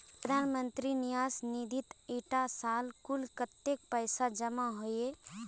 प्रधानमंत्री न्यास निधित इटा साल कुल कत्तेक पैसा जमा होइए?